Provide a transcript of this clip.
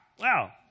Wow